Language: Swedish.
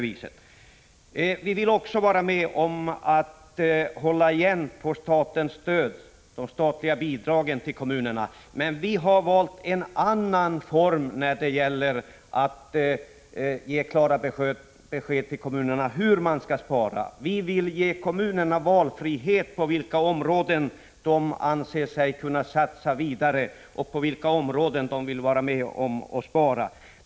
Vi vill också hålla igen på statens bidrag till kommunerna, men vi har valt en annan form för att kunna ge klart besked till kommunerna hur man skall spara. Vi vill ge kommunerna frihet att välja på vilka områden de anser sig kunna satsa vidare och på vilka områden de vill spara.